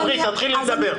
דברי, תתחילי לדבר.